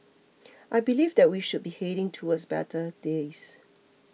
I believe that we should be heading towards better days